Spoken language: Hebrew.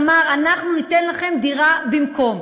אמר: אנחנו ניתן לכם דירה במקום.